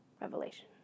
Revelation